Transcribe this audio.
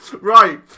Right